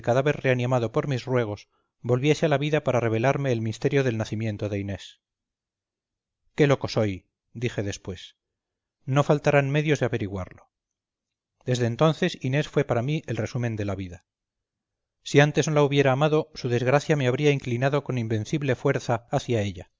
reanimado por mis ruegos volviese a la vida para revelarme el misterio del nacimiento de inés qué loco soy dije después no faltarán medios de averiguarlo desde entonces inés fue para mí el resumen de la vida si antes no la hubiera amado su desgracia me habría inclinado con invencible fuerza hacia ella